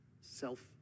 self